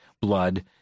blood